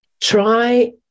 Try